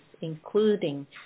including